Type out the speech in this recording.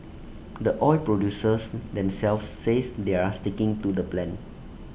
the oil producers themselves say they're sticking to the plan